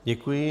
Děkuji.